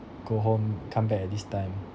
go home come back at this time